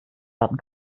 werden